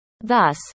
Thus